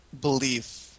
belief